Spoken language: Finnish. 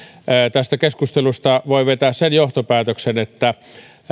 tästä keskustelusta voi vetää sen johtopäätöksen että